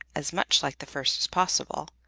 as much like the first as possible,